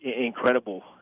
incredible